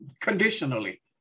conditionally